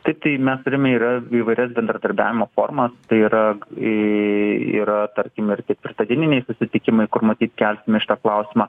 tai tai mes turime yra įvairias bendradarbiavimo formas tai yra į yra tarkim ir tik pristatyminiai susitikimai kur matyt kelsime šitą klausimą